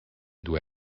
due